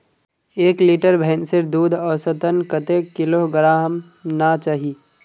एक लीटर भैंसेर दूध औसतन कतेक किलोग्होराम ना चही?